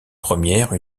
première